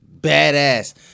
badass